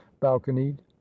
balconied